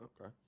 Okay